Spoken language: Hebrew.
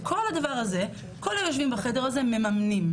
את כל הדבר הזה כל היושבים בחדר הזה מממנים.